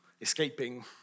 Escaping